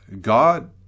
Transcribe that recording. God